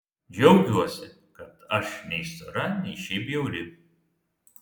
džiaugiuosi kad aš nei stora nei šiaip bjauri